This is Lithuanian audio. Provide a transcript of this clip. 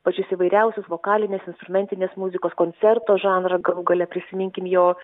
pačius įvairiausius vokalinės instrumentinės muzikos koncerto žanrą galų gale prisiminkim jo